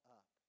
up